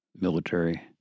military